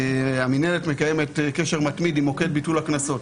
המינהלת מקיימת קשר מתמיד עם מוקד ביטול הקנסות,